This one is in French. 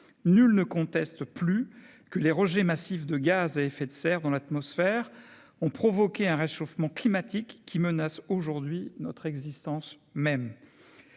nul ne conteste plus que les rejets massifs de gaz à effet de serre dans l'atmosphère ont provoqué un réchauffement climatique qui menace aujourd'hui notre existence même,